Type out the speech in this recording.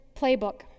playbook